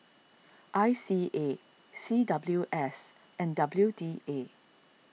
I C A C W S and W D A